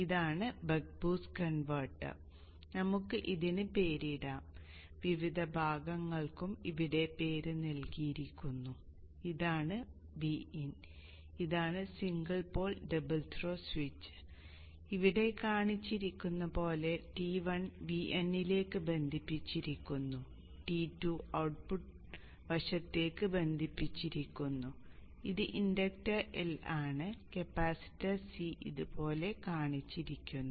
ഇതാണ് buck boost converter നമുക്ക് ഇതിന് പേരിടാം വിവിധ ഭാഗങ്ങൾക്കും ഇവിടെ പേര് നൽകിയിരിക്കുന്നു ഇതാണ് Vin ഇതാണ് single pole double throw switch ഇവിടെ കാണിച്ചിരിക്കുന്നതുപോലെ T1 Vin ലേക്ക് ബന്ധിപ്പിച്ചിരിക്കുന്നു T2 ഔട്ട്പുട്ട് വശത്തേക്ക് ബന്ധിപ്പിച്ചിരിക്കുന്നു ഇത് ഇൻഡക്ടർ L ആണ് കപ്പാസിറ്റർ C ഇതുപോലെ കാണിച്ചിരിക്കുന്നു